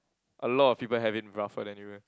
a lot of people have it rougher than you eh